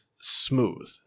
smooth